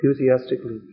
enthusiastically